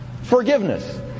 Forgiveness